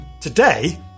Today